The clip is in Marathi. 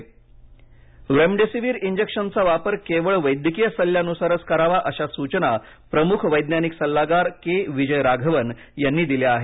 राघवन रेमडेसीवीर इंजेक्शनचा वापर केवळ वैद्यकीय सल्ल्यानुसारच करावा अशा सूचना प्रमुख वैज्ञानिक सल्लागार के विजय राघवन यांनी दिल्या आहेत